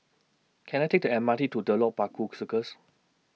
Can I Take The M R T to Telok Paku Circus